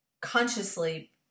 consciously